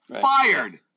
fired